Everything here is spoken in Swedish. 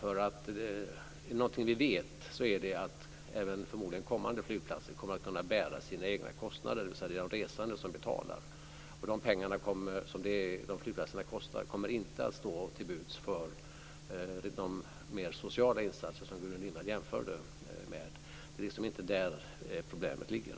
Är det någonting vi vet är det att kommande flygplatser kommer att kunna bära sina egna kostnader, dvs. att det är de resande som betalar. De pengar som flygplatserna kostar kommer inte att stå till buds för de mer sociala insatser som Gudrun Lindvall jämförde med. Det är inte där problemet ligger.